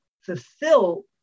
fulfill